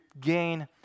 gain